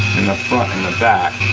in the front and the back.